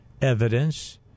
evidence